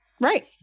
right